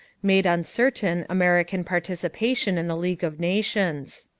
made uncertain american participation in the league of nations.